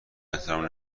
احترام